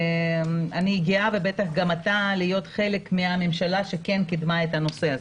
ואני גאה ובטח גם אתה להיות חלק מהממשלה שכן קידמה את הנושא הזה.